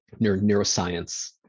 neuroscience